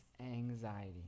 anxiety